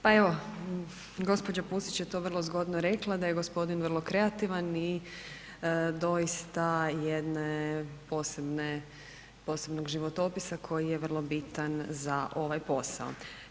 Pa evo, gđa. Pusić je to vrlo zgodno rekla, da je gospodin vrlo kreativan i doista jedne posebnog životopisa koji je vrlo bitan za ovaj posao.